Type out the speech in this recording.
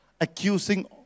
accusing